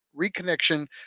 reconnection